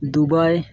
Dubai